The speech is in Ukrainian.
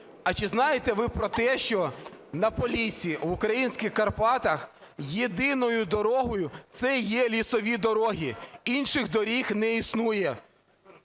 А чи знаєте ви про те, що на Поліссі, в українських Карпатах єдиною дорогою є лісові дороги. Інших доріг не існує.